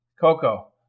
Coco